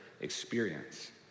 experience